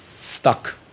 stuck